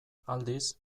aldiz